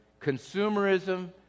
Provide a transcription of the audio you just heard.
consumerism